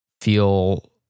feel